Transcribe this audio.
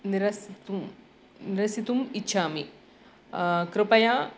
निरसितुं निरसितुम् इच्छामि कृपया